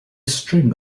string